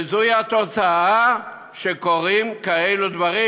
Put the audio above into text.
וזוהי התוצאה, שקורים כאלה דברים.